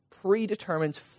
predetermined